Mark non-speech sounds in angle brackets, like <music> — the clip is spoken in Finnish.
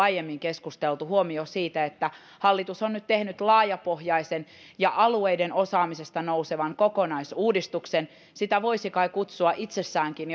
<unintelligible> aiemmin keskusteltu huomio siitä että hallitus on nyt tehnyt laajapohjaisen ja alueiden osaamisesta nousevan kokonaisuudistuksen sitä voisi kai kutsua jo itsessäänkin <unintelligible>